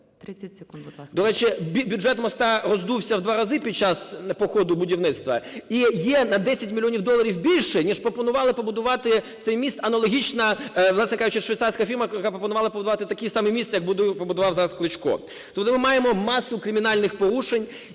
До речі, бюджет моста роздувся в 2 рази під час, по ходу будівництва і є на 10 мільйонів доларів більше ніж пропонувала побудувати цей міст аналогічна, власне кажучи, швейцарська фірма, яка пропонувала побудувати такий самий міст, як побудував зараз Кличко. То ми маємо масу кримінальних порушень.